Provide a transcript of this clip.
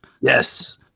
Yes